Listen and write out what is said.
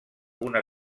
una